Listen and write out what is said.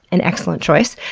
an excellent choice.